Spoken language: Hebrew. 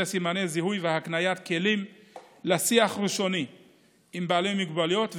סימני זיהוי והקניית כלים לשיח ראשוני עם בעלי מוגבלויות,